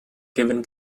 given